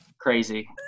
crazy